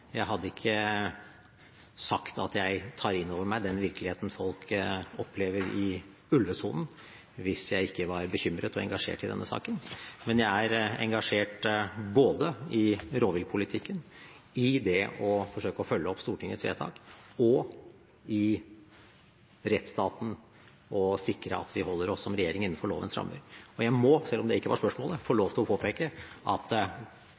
Jeg hadde ikke sagt at jeg tar innover meg den virkeligheten folk opplever i ulvesonen, hvis jeg ikke var bekymret og engasjert i denne saken. Men jeg er engasjert både i rovviltpolitikken, i det å forsøke å følge opp Stortingets vedtak og i rettsstaten for å sikre at vi som regjering holder oss innenfor lovens rammer. Jeg må, selv om det ikke var spørsmålet, få lov til å påpeke at